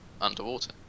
underwater